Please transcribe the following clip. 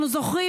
אנחנו זוכרים,